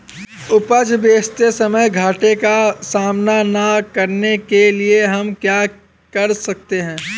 उपज बेचते समय घाटे का सामना न करने के लिए हम क्या कर सकते हैं?